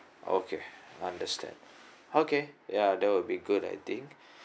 okay understand okay ya that would be good I think